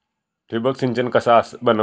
ठिबक सिंचन कसा बनवतत?